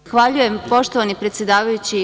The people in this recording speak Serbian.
Zahvaljujem, poštovani predsedavajući.